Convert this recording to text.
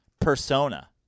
persona